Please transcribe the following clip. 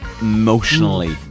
Emotionally